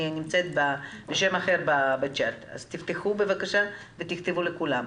נמצאת בשם אחר בצ'ט אז בבקשה תכתבו לכולם.